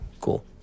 Cool